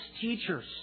teachers